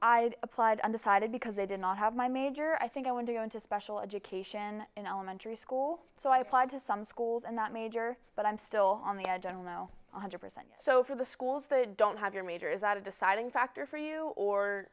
i applied undecided because they did not have my major i think i want to go into special education in elementary school so i applied to some schools and that major but i'm still on the edge i don't know one hundred percent so for the schools that don't have your major is that a deciding factor for you or